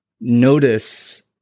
notice